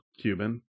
Cuban